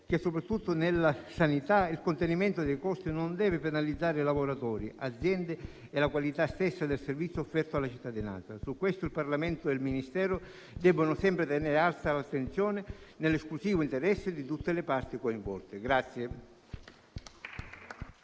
che, soprattutto nella sanità, il contenimento dei costi non deve penalizzare i lavoratori, le aziende e la qualità stessa del servizio offerto alla cittadinanza. Su questo il Parlamento e il Ministero devono sempre tenere alta l'attenzione, nell'esclusivo interesse di tutte le parti coinvolte.